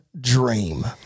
dream